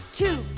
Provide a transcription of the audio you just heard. two